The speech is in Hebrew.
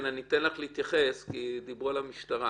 אני אתן לך להתייחס כי דיברו על המשטרה.